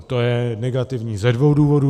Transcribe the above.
To je negativní ze dvou důvodů.